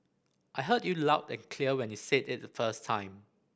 I heard you loud and clear when you said it the first time